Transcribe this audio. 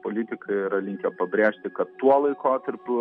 politikai yra linkę pabrėžti kad tuo laikotarpiu